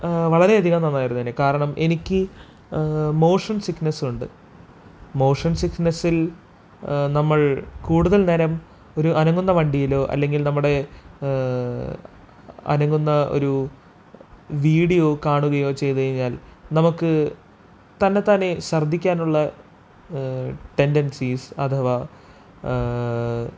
വളരെയധികം നന്നായിരുന്നേനേ കാരണം എനിക്ക് മോഷൻ സിക്നെസ്സുണ്ട് മോഷൻ സിക്നെസ്സിൽ നമ്മൾ കൂടുതൽ നേരം ഒരു അനങ്ങുന്ന വണ്ടിയിലോ അല്ലെങ്കിൽ നമ്മുടെ അനങ്ങുന്ന ഒരു വീഡിയോ കാണുകയോ ചെയ്തുകഴിഞ്ഞാൽ നമുക്ക് തന്നത്താനേ ശർദ്ധിക്കാനുള്ള ടെൻഡൻസീസ് അഥവാ